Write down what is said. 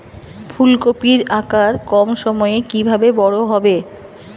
ফুলকপির আকার কম সময়ে কিভাবে বড় হবে?